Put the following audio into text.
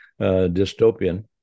dystopian